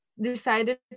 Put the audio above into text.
decided